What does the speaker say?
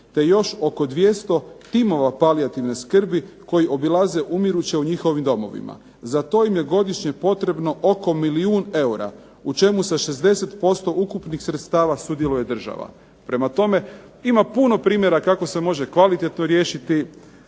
te još oko 200 timova palijativne skrbi koji obilaze umiruće u njihovim domovima. Za to im je godišnje potrebno oko milijun eura u čemu sa 60% ukupnih sredstava sudjeluje država. Prema tome, ima puno primjera kako se može kvalitetno riješiti